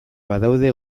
badaude